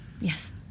Yes